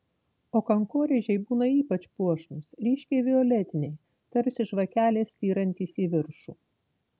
o kankorėžiai būna ypač puošnūs ryškiai violetiniai tarsi žvakelės styrantys į viršų